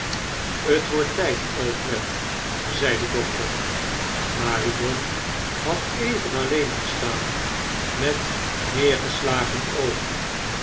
t wordt tijd alfred zei de doctor marion had even alleen gestaan met neergeslagen oogen